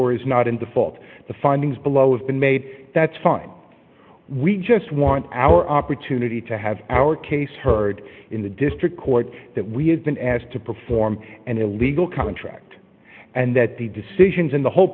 or is not in the fault the findings below have been made that's fine we just want our opportunity to have our case heard in the district court that we have been asked to perform an illegal contract and that the decisions in the whole